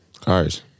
Cars